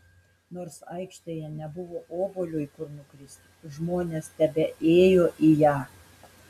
nors aikštėje nebuvo obuoliui kur nukristi žmonės tebeėjo į ją